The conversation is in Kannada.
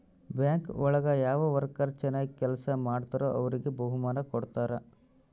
ಬ್ಯಾಂಕ್ ಒಳಗ ಯಾವ ವರ್ಕರ್ ಚನಾಗ್ ಕೆಲ್ಸ ಮಾಡ್ತಾರೋ ಅವ್ರಿಗೆ ಬಹುಮಾನ ಕೊಡ್ತಾರ